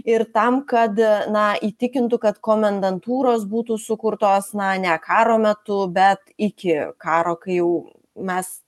ir tam kad na įtikintų kad komendantūros būtų sukurtos na ne karo metu bet iki karo kai jau mes